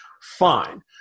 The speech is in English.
Fine